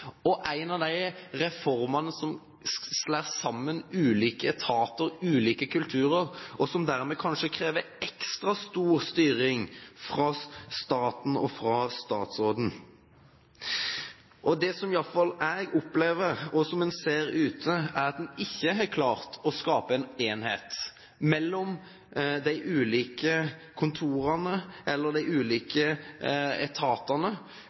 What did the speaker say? som slår sammen ulike etater og ulike kulturer, og som dermed kanskje krever ekstra stor styring fra staten og fra statsråden. Det som i hvert fall jeg opplever, og som man ser ute, er at man ikke har klart å skape en enhet mellom de ulike kontorene eller de ulike etatene